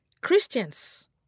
Christians